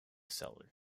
seller